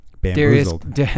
Bamboozled